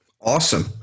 Awesome